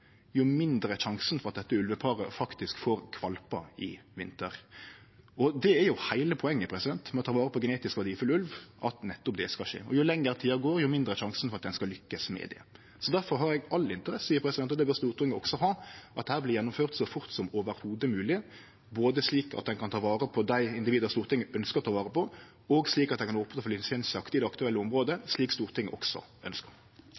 jo mindre er sjansen for at dette ulveparet faktisk får kvalpar i vinter. Det er heile poenget med å ta vare på genetisk verdifull ulv, at nettopp det skal skje. Jo lenger tid som går, jo mindre er sjansen for at ein skal lukkast med det. Difor har eg all interesse i – og det bør Stortinget også ha – at dette vert gjennomført så fort som i det heile mogleg, både slik at ein kan ta vare på dei individa Stortinget ønskjer å ta vare på, og slik at ein kan opne for lisensjakt i det aktuelle